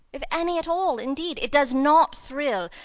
if any at all, indeed. it does not thrill.